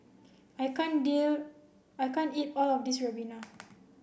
I can't dear I can't eat all of this Ribena